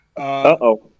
Uh-oh